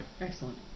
Excellent